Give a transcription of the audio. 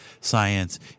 science